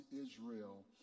Israel